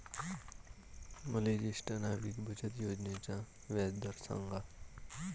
मले ज्येष्ठ नागरिक बचत योजनेचा व्याजदर सांगा